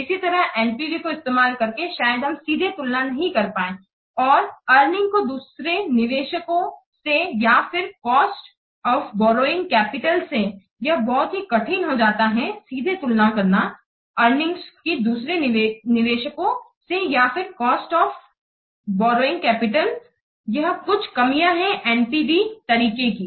इसी तरह NPV को इस्तेमाल करके शायद हम सीधे तुलना नहीं कर पाए और अरनिंग की दूसरे निवेशकों से या फिर कॉस्ट ऑफ बौरोइंग कैपिटल से यह बहुत ही कठिन हो जाता है सीधे तुलना करना अर्निंग्स की दूसरे निवेशो से या फिर कॉस्ट ऑफ बौरोइंग कैपिटल यह कुछ कमियाँ है NPV तरीके की